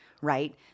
right